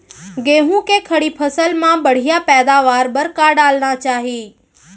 गेहूँ के खड़ी फसल मा बढ़िया पैदावार बर का डालना चाही?